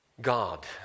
God